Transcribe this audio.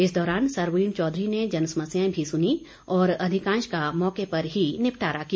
इस दौरान सरवीण चौधरी ने जनसमस्याएं भी सुनीं और अधिकांश का मौके पर ही निपटारा किया